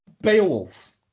Beowulf